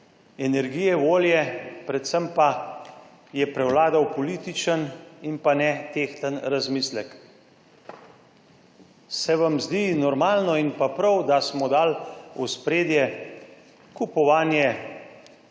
energije, volje, predvsem pa je prevladal političen in pa ne tehten razmislek. Se vam zdi normalno in pa prav, da smo dali v ospredje kupovanje,